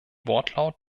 wortlaut